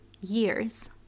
years